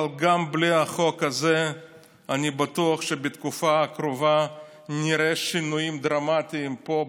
אבל גם בלי החוק הזה אני בטוח שבתקופה הקרובה נראה שינויים דרמטיים פה,